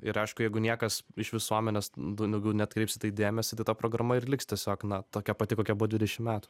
ir aišku jeigu niekas iš visuomenės daugiau neatkreips dėmesio tai ta programa ir liks tiesiog na tokia pati kokia buvo dvidešim metų